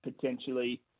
potentially